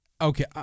Okay